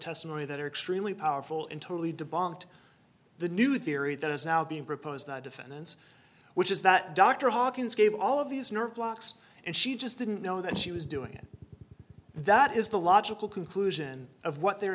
testimony that are extremely powerful and totally debunked the new theory that is now being proposed defense which is that dr hawkins gave all of these nerve blocks and she just didn't know that she was doing it that is the logical conclusion of what the